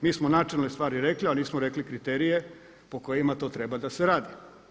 Mi smo načelne stvari rekli, ali nismo rekli kriterije po kojima to treba da se radi.